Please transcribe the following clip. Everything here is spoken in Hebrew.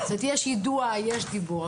יש יידוע יש דיבור.